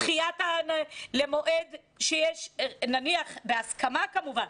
דחייה למועד בהסכמה כמובן.